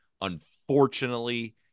Unfortunately